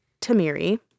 Tamiri